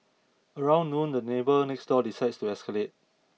around noon the neighbour next door decides to escalate